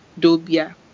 dobia